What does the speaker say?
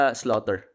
slaughter